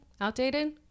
outdated